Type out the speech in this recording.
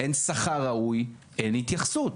אין שכר ראוי אין התייחסות.